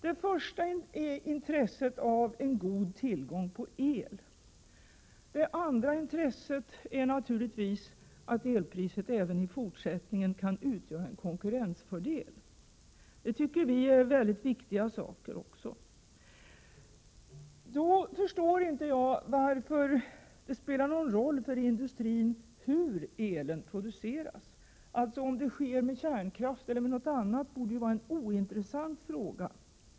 Det första intresset är god tillgång på el. Det andra intresset är naturligtvis att elpriset även i fortsättningen skall utgöra en konkurrensfördel. Vi tycker också att detta är viktiga saker. Men jag förstår inte varför det skulle spela någon roll för industrin hur elektriciteten produceras — om det sker med kärnkraft eller på annat sätt borde vara en ointressant fråga.